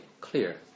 clear